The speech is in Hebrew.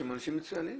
שהם אנשים מצוינים,